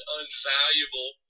unvaluable